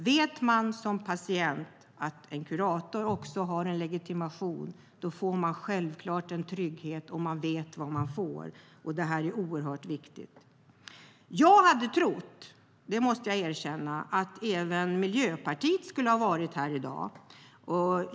Vet patienterna att kuratorn har en legitimation känner de en trygghet och vet vad de får, vilket är viktigt. Jag hade trott att även Miljöpartiet skulle vara här i dag.